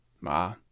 Ma